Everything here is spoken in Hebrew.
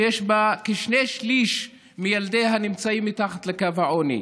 ששני שלישים מילדיה נמצאים מתחת לקו העוני.